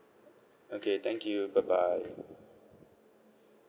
okay thank you bye bye